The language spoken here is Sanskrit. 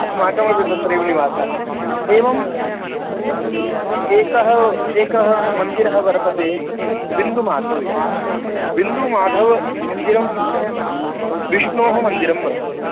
अस्माकमपि तत्रैव निवासः एवम् एकः एकः मन्दिरः वर्तते बिन्दुमाधव् इति बिन्दुमाधवमन्दिरं विष्णोः मन्दिरं वर्तते